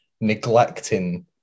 neglecting